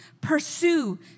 pursue